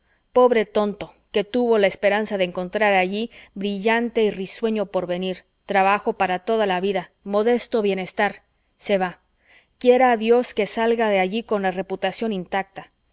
pobre tonto que tuvo la esperanza de encontrar allí brillante y risueño porvenir trabajo para toda la vida modesto bienestar se va quiera dios que salga de allí con la reputación intacta